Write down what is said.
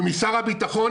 ומשר הביטחון,